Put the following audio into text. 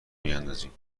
میاندازیم